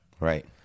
right